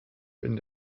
bin